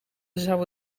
zou